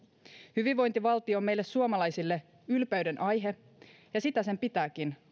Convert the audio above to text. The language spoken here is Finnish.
hyvinvointivaltio on meille suomalaisille ylpeydenaihe ja sitä sen pitääkin